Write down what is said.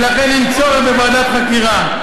ולכן אין צורך בוועדת חקירה.